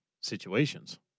situations